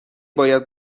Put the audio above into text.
باید